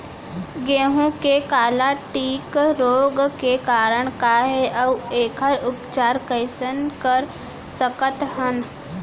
गेहूँ के काला टिक रोग के कारण का हे अऊ एखर उपचार कइसे कर सकत हन?